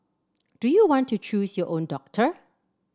do you want to choose your own doctor